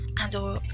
and/or